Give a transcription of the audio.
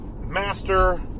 master